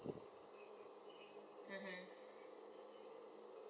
mmhmm